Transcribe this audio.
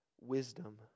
wisdom